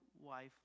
wife